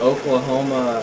Oklahoma